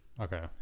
okay